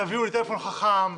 תביאו טלפון חכם,